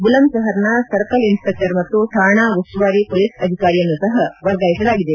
ಬುಲಂದ್ ಶಹರ್ನ circle inspector ಮತ್ತು ಠಾಣಾ ಉಸ್ತುವಾರಿ ಪೊಲೀಸ್ ಅಧಿಕಾರಿಯನ್ನೂ ಸಹ ವರ್ಗಾಯಿಸಲಾಗಿದೆ